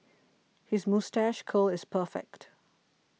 his moustache curl is perfect